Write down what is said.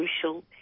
crucial